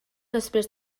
després